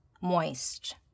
moist